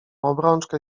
obrączkę